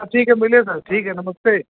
सब ठीक है मिलें सर ठीक है नमस्ते